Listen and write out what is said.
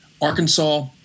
Arkansas